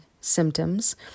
symptoms